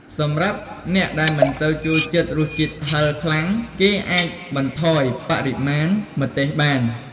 សម្រាប់អ្នកដែលមិនសូវចូលចិត្តរសជាតិហឹរខ្លាំង គេអាចបន្ថយបរិមាណម្ទេសបាន។